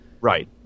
Right